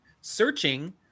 searching